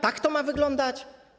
Tak to ma wyglądać?